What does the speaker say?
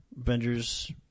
Avengers